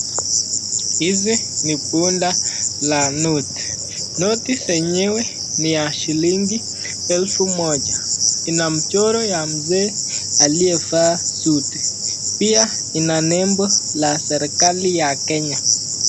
Hizi ni bunda la noti. Noti zenyewe ni ya shilingi elfu moja, ina mchoro ya mzee aliyevaa suti pia ina nembo la serikali ya Kenya.